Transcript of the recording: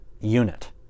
unit